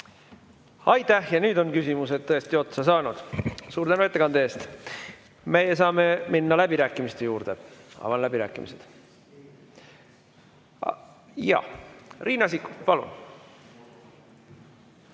Aitäh! Ja nüüd on küsimused tõesti otsa saanud. Suur tänu ettekande eest! Me saame minna läbirääkimiste juurde. Avan läbirääkimised. Jaa. Riina Sikkut, palun!